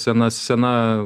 sena sena